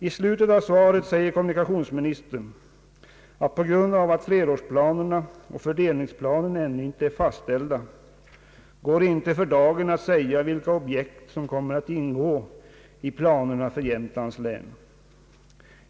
I slutet av svaret säger kommunikationsministern att på grund av att flerårsplanerna och fördelningsplanen ännu icke är fastställda går det för da gen inte att säga vilka objekt som kommer att ingå i planerna för Jämtlands län.